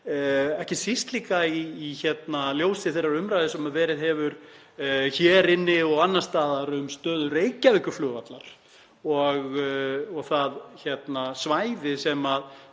ekki síst líka í ljósi þeirrar umræðu sem verið hefur hér inni og annars staðar um stöðu Reykjavíkurflugvallar og það svæði sem